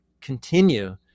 continue